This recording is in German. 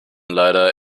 leider